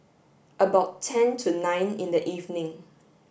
about ten to nine in the evening